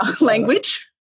language